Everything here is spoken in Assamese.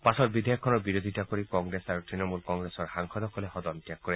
পাছত বিধেয়কখনৰ বিৰোধিতা কৰি কংগ্ৰেছ আৰু তৃণমূল কংগ্ৰেছৰ সাংসদসকলে সদন ত্যাগ কৰে